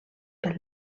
pel